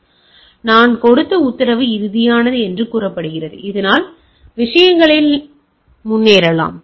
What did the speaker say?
எனவே நான் கொடுத்த உத்தரவு இறுதியானது என்று கூறப்படுகிறது நீங்கள் விஷயங்களுடன் முன்னேறலாம்